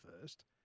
first